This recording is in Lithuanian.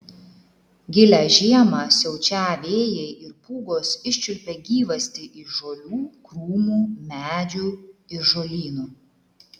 gilią žiemą siaučią vėjai ir pūgos iščiulpia gyvastį iš žolių krūmų medžių ir žolynų